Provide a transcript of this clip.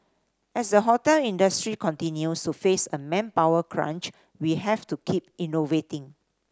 as the hotel industry continue surface a manpower crunch we have to keep innovating